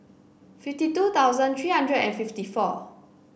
fifty two thousand three hundred and fifty four